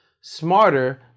smarter